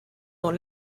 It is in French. dans